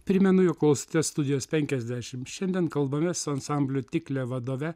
primenu jog klausote studijos penkiasdešim šiandien kalbame su ansamblio tiklė vadove